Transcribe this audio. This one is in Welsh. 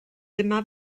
dyma